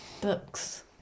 books